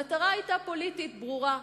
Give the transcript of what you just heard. המטרה היתה פוליטית ברורה.